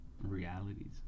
realities